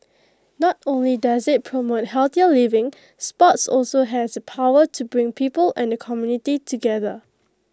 not only does IT promote healthier living sports also has the power to bring people and the community together